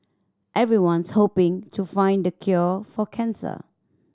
everyone's hoping to find the cure for cancer